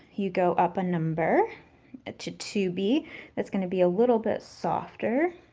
you go up a number, to two b. that's going to be a little bit softer.